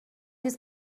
his